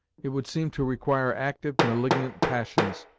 it would seem to require active, malignant, passions,